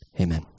Amen